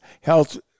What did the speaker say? health